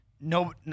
no